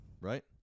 right